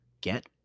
get